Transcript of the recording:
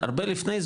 הרבה לפני,